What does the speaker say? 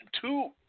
two